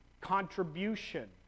contribution